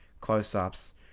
close-ups